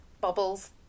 Bubbles